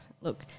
Look